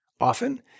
Often